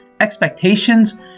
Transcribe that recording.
expectations